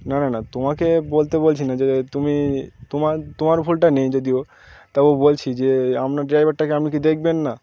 না না না তোমাকে বলতে বলছি না যে তুমি তোমার তোমার ভুলটা নেই যদিও তাও বলছি যে আপনার ড্রাইভারটাকে আপনি কি দেখবেন না